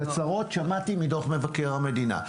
את הצרות שמעתי מדוח מבקר המדינה,